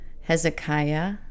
Hezekiah